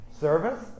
Service